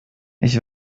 ich